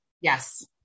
Yes